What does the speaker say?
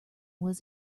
was